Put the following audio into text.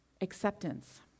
acceptance